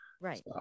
Right